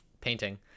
painting